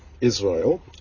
Israel